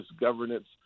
governance